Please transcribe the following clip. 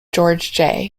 george